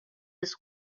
des